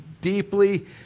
deeply